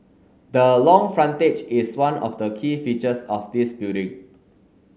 the long frontage is one of the key features of this building